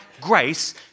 grace